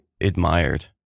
admired